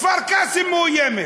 כפר-קאסם מאוים,